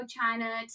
China